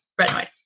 retinoid